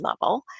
level